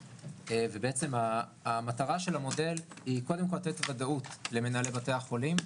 בעצם המטרה של המודל היא קודם כל לתת ודאות למנהלי בתי החולים,